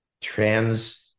trans